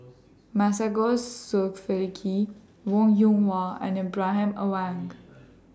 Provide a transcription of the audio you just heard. Masagos Zulkifli Wong Yoon Wah and Ibrahim Awang